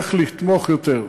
איך לתמוך יותר.